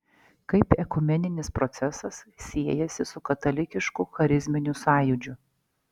kaip ekumeninis procesas siejasi su katalikišku charizminiu sąjūdžiu